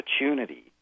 opportunity